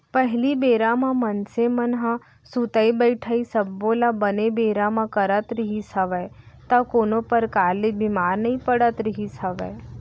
पहिली बेरा म मनसे मन ह सुतई बइठई सब्बो ल बने बेरा म करत रिहिस हवय त कोनो परकार ले बीमार नइ पड़त रिहिस हवय